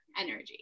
energy